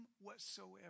whatsoever